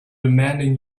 demanding